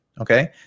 Okay